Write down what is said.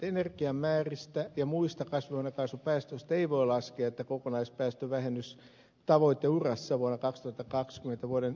energiamääristä ja muista kasvihuonepäästöistä voi laskea että kokonaispäästövähennys tavoiteurassa vuonna kartoitetaan selvitä vuoden